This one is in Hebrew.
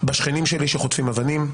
בשכנים שלי שחוטפים אבנים,